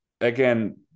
again